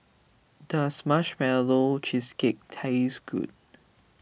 does Marshmallow Cheesecake taste good